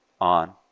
on